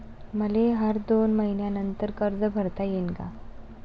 मले हर दोन मयीन्यानंतर कर्ज भरता येईन का?